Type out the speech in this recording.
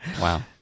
Wow